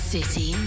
City